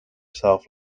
shelf